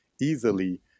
easily